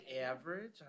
average